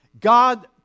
God